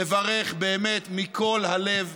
לברך, באמת מכל הלב,